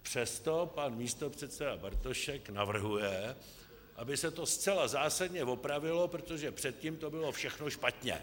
Přesto pan místopředseda Bartošek navrhuje, aby se to zcela zásadně opravilo, protože předtím to bylo všechno špatně.